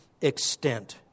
extent